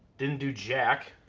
didn't do jack.